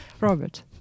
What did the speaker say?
robert